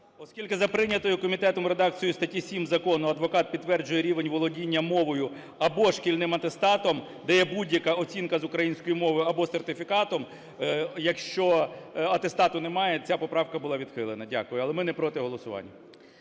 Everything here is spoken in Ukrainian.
Оскільки за прийнятою комітетом редакцію статті 7 закону адвокат підтверджує рівень володіння мовою або шкільним атестатом, де є будь-яка оцінка з української мови, або сертифікатом, якщо атестату немає, ця поправка була відхилена. Дякую. Але ми не проти голосування.